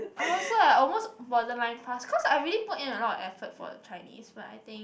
I also I almost borderline pass cause I really put in a lot of effort for the Chinese for I think